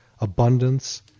abundance